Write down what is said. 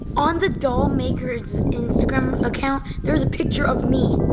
on the doll maker's instagram account, there's a picture of me.